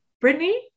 Brittany